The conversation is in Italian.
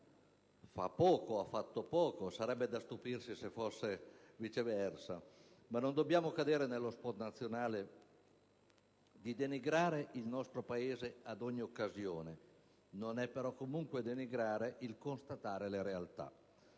fa ed ha fatto poco, e ci sarebbe da stupirsi se fosse altrimenti, ma non dobbiamo cadere nello sport nazionale di denigrare il nostro Paese ad ogni occasione. Non è però comunque denigrare il constatare le realtà.